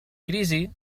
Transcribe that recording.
crisi